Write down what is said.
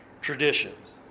traditions